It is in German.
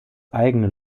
eigene